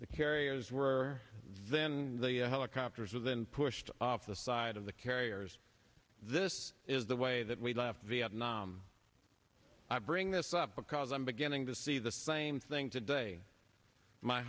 the carriers were then the helicopters were then pushed off the side of the carriers this is the way that we left vietnam i bring this up because i'm beginning to see the same thing today my